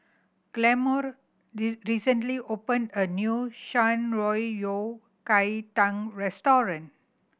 Gilmore recently opened a new Shan Rui Yao Kai Tang restaurant